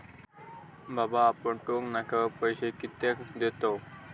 बाबा आपण टोक नाक्यावर पैसे कित्याक देतव?